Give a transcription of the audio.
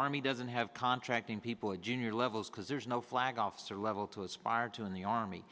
army doesn't have contracting p junior levels because there's no flag officer level to aspire to in the army